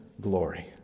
glory